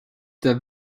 der